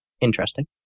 interesting